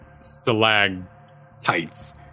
stalagmites